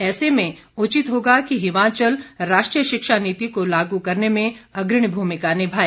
ऐसे में उचित होगा कि हिमाचल राष्ट्रीय शिक्षा नीति को लागू करने में अग्रणी निभाए